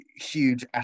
huge